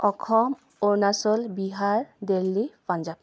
Assam Arunachal Bihar Delhi Punjab